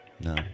No